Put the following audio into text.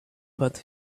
but